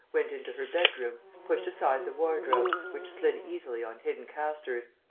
went into her bedroom, pushed aside the wardrobe, which slid easily on hidden castors,